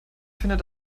findet